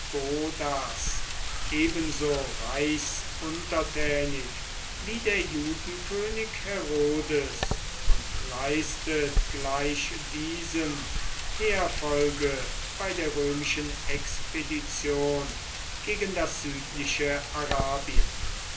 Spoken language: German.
ebenso reichs untertänig wie der judenkönig herodes und leistet gleich diesem heerfolge bei der römischen expedition gegen das südliche arabien